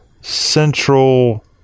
Central